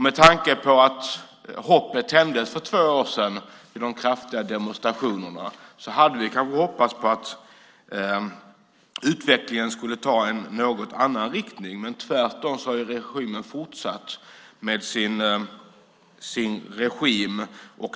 Med tanke på det hopp som tändes för två år sedan vid de kraftiga demonstrationerna hade vi kanske hoppats att utvecklingen skulle ta en något annan riktning, men tvärtom har de styrande fortsatt med sin regim.